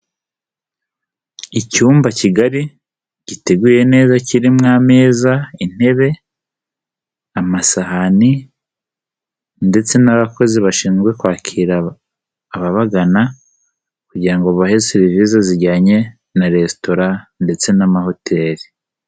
Icyumba kigali giteguye neza kirimo ameza, intebe, amasahani ndetse n'abakozi bashinzwe kwakira ababagana kugirango babahe serivisi zijyanye na resitora ndetse n'amahoteli.